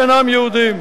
שאינם יהודים.